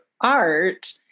art